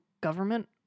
government